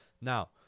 Now